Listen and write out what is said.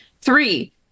Three